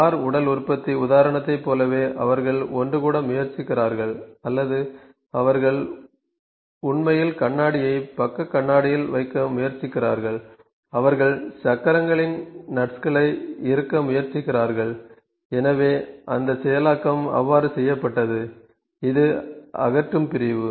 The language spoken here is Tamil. கார் உடல் உற்பத்தி உதாரணத்தைப் போலவே அவர்கள் ஒன்றுகூட முயற்சிக்கிறார்கள் அல்லது அவர்கள் உண்மையில் கண்ணாடியை பக்க கண்ணாடியில் வைக்க முயற்சிக்கிறார்கள் அவர்கள் சக்கரங்களின் நட்ஸ்களை இறுக்க முயற்சிக்கிறார்கள் எனவே அந்த செயலாக்கம் அவ்வாறு செய்யப்பட்டது இது அகற்றும் பிரிவு